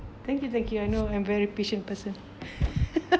thank you thank you I know I'm very patient person